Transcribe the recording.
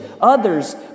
others